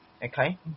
Okay